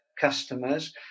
customers